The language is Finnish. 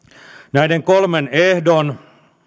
näiden kolmen ehdon